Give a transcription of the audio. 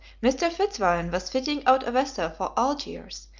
mr. fitzwarren was fitting out a vessel for algiers,